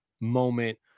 moment